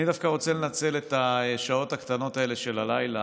אני דווקא רוצה לנצל את השעות הקטנות האלה של הלילה,